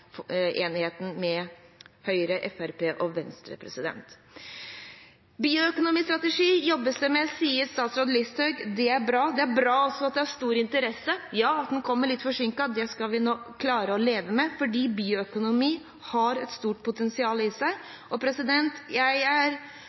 med Høyre, Fremskrittspartiet og Venstre. Bioøkonomisk strategi jobbes det med, sier statsråd Listhaug. Det er bra. Det er også bra at det er stor interesse. At den kommer litt forsinket, det skal vi klare å leve med, for bioøkonomi har et stort potensial i seg. Jeg er glad for å høre at regjeringen sier at det er